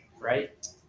right